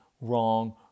wrong